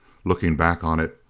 looking back on it,